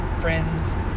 friends